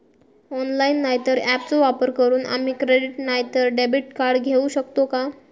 Online नाय तर ऍपचो वापर करून आम्ही क्रेडिट नाय तर डेबिट कार्ड घेऊ शकतो का?